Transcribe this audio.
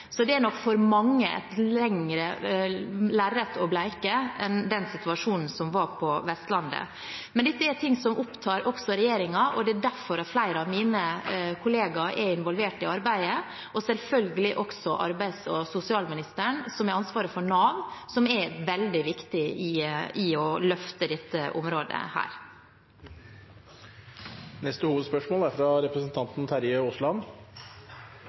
Så det er nok for mange et lengre lerret å bleke enn den situasjonen som var på Vestlandet. Men dette er ting som også opptar regjeringen, og det er derfor flere av mine kollegaer er involvert i arbeidet – selvfølgelig også arbeids- og sosialministeren, som har ansvaret for Nav, som er veldig viktig i å løfte dette området. Vi går videre til neste hovedspørsmål.